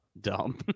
dumb